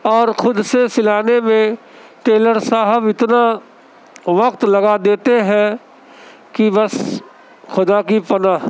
اور خود سے سلانے میں ٹیلر صاحب اتنا وقت لگا دیتے ہیں کہ بس خدا کی پناہ